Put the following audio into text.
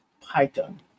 Python